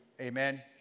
Amen